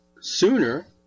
sooner